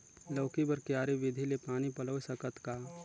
लौकी बर क्यारी विधि ले पानी पलोय सकत का?